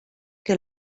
que